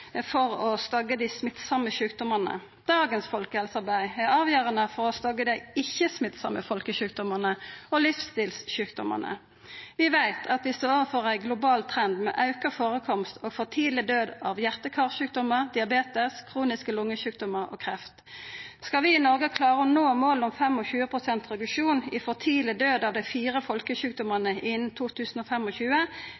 for å stagga dei smittsame sjukdommane. Dagens folkehelsearbeid er avgjerande for å stagga dei ikkje-smittsame folkesjukdommane og livsstilsjukdommane. Vi veit at vi står overfor ein global trend med auka førekomst og for tidleg død av hjarte- og karsjukdommar, diabetes, kroniske lungesjukdommar og kreft. Skal vi i Noreg klara å nå målet om 25 pst. reduksjon i for tidleg død av dei fire